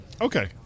Okay